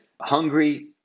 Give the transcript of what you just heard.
hungry